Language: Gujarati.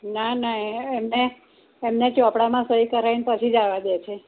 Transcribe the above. ના ના એમણે એમને એમને ચોપડામાં સહી કરાવીને પછી જ આવવા દે છે